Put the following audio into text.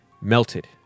melted